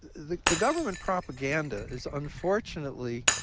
the the government propaganda is unfortunately